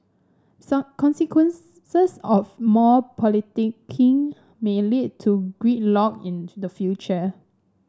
son consequences of more politicking may lead to gridlock in the future